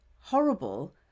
horrible